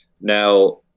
now